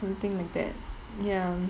something like that ya